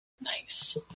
Nice